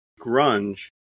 grunge